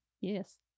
Yes